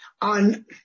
on